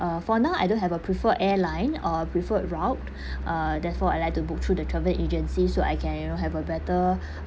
uh for now I don't have a preferred airline or a preferred route uh therefore I like to book through the travel agency so I can you know have a better